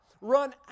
run